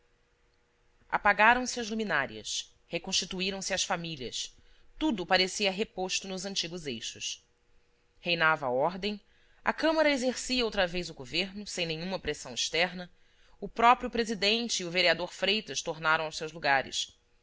apagaram-se as luminárias reconstituíram se as famílias tudo parecia reposto nos antigos eixos reinava a ordem a câmara exercia outra vez o governo sem nenhuma pressão externa o presidente e o vereador freitas tornaram aos seus lugares